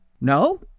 No